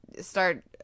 start